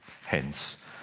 Hence